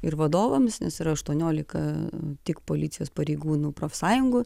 ir vadovams nes yra aštuoniolika tik policijos pareigūnų profsąjungų